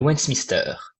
westminster